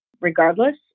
regardless